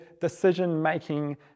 decision-making